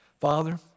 Father